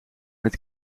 met